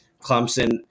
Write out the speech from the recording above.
Clemson